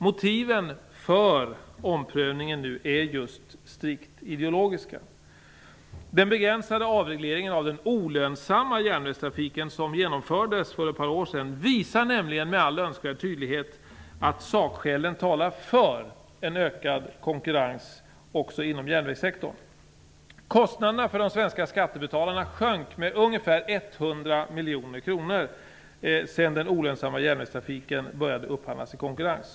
Motiven för omprövningen är just strikt ideologiska. Den begränsade avregleringen av den olönsamma järnvägstrafiken som genomfördes för ett par år sedan visar med all önskvärd tydlighet att sakskälen talar för en ökad konkurrens också inom järnvägssektorn. Kostnaderna för de svenska skattebetalarna sjönk med ungefär 100 miljoner kronor sedan den olönsamma järnvägstrafiken började upphandlas i konkurrens.